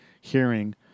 hearing